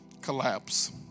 Collapse